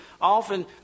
often